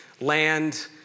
land